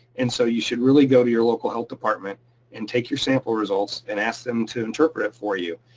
and so you should really go to your local health department and take your sample results and ask them to interpret it for you.